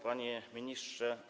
Panie Ministrze!